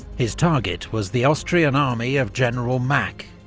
his target was the austrian army of general mack,